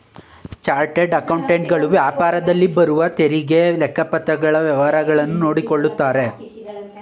chartered accountant ಗಳು ವ್ಯಾಪಾರದಲ್ಲಿ ಬರುವ ತೆರಿಗೆ, ಲೆಕ್ಕಪತ್ರಗಳ ವ್ಯವಹಾರಗಳನ್ನು ನೋಡಿಕೊಳ್ಳುತ್ತಾರೆ